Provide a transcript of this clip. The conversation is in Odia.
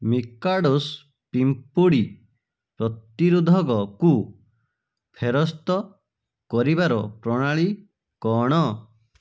ମିକାଡ଼ୋସ୍ ପିମ୍ପୁଡ଼ି ପ୍ରତିରୋଧକକୁ ଫେରସ୍ତ କରିବାର ପ୍ରଣାଳୀ କ'ଣ